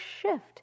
shift